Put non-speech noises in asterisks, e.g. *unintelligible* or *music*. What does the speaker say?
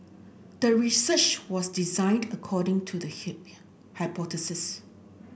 the research was designed according to the *unintelligible* hypothesis